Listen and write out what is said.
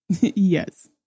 Yes